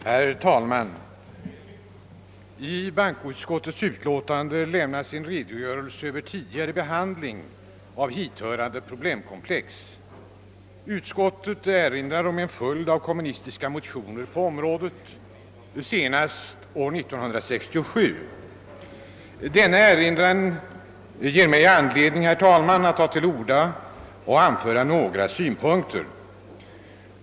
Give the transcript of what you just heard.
Herr talman! I bankoutskottets utlåtande lämnas en redogörelse för tidigare behandling av hithörande problemkomplex. Utskottet erinrar om en rad av kommunistiska motioner på området, senast år 1967. Denna erinran ger mig anledning att ta till orda för att anföra några synpunkter.